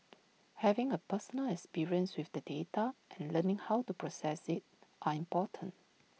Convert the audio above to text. having A personal experience with the data and learning how to process IT are important